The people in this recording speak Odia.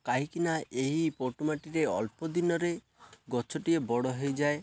କାହିଁକିନା ଏହି ପଟୁ ମାଟିରେ ଅଳ୍ପ ଦିନରେ ଗଛଟିଏ ବଡ଼ ହେଇଯାଏ